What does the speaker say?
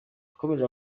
yakomeje